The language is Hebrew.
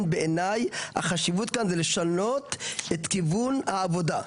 בעיניי החשיבות כאן זה לשנות את כיוון העבודה,